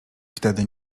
wtedy